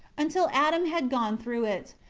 until adam had gone through it.